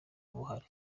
buhari